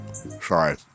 Sorry